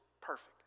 perfect